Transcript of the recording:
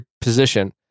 position